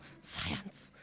science